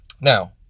Now